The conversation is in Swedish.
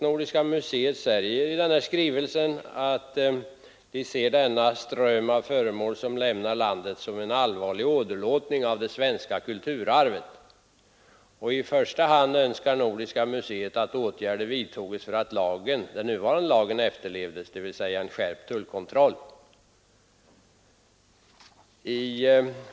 Nordiska museet ser denna ström av föremål som lämnar landet såsom en allvarlig åderlåtning av det svenska kulturarvet. I första hand önskar Nordiska museet att åtgärder vidtages så att den nuvarande lagen efterlevs, dvs. en skärpt tullkontroll.